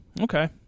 Okay